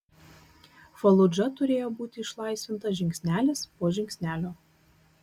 faludža turėjo būti išlaisvinta žingsnelis po žingsnelio